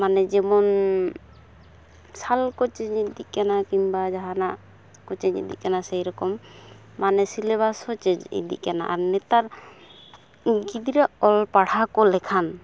ᱢᱟᱱᱮ ᱡᱮᱢᱚᱱᱻ ᱥᱟᱞ ᱠᱚ ᱪᱮᱧᱡᱽ ᱤᱫᱤᱜ ᱠᱟᱱᱟ ᱠᱤᱝᱵᱟ ᱡᱟᱦᱟᱱᱟᱜ ᱠᱚ ᱪᱮᱧᱡᱽ ᱤᱫᱤᱜ ᱠᱟᱱᱟ ᱥᱮᱭᱨᱚᱠᱚᱢ ᱢᱟᱱᱮ ᱥᱤᱞᱮᱵᱟᱥ ᱦᱚᱸ ᱪᱮᱧᱡᱽ ᱤᱫᱤᱜ ᱠᱟᱱᱟ ᱟᱨ ᱱᱮᱛᱟᱨ ᱜᱤᱫᱽᱨᱟᱹ ᱚᱞ ᱯᱟᱲᱦᱟᱣ ᱠᱚ ᱞᱮᱠᱷᱟᱱ